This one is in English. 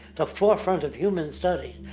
the forefront of human study.